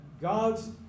God's